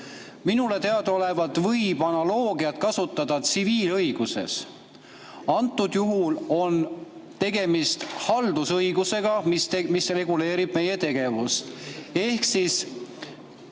Minule teadaolevalt võib analoogiat kasutada tsiviilõiguses. Antud juhul on tegemist haldusõigusega, mis reguleerib meie tegevust. Ehk